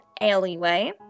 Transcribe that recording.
alleyway